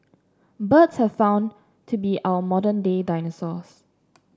birds have found to be our modern day dinosaurs